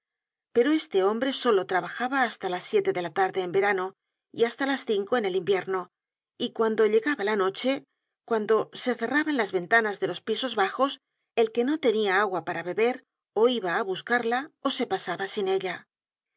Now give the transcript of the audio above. pero este hombre solo trabajaba hasta las siete de la tarde en el verano y hasta las cinco en el invierno y cuando llegaba la noche cuando se cerraban las ventanas de los pisos bajos el que no tenia agua para beber ó iba á buscarla ó se pasaba sin ella